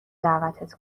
دعوتت